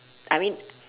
I mean